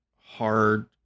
hard